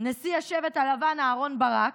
נשיא השבט הלבן אהרן ברק?